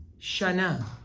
Shana